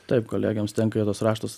taip kolegėms tenka į tuos raštus